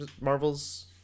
Marvel's